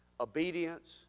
Obedience